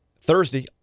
Thursday